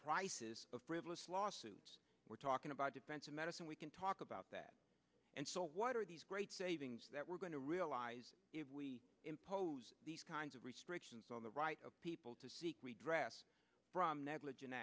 prices of frivolous lawsuits we're talking about defensive medicine we can talk about that and so what are these great savings that we're going to realize if we impose these kinds of restrictions on the right of people to seek redress from negligen